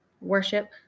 worship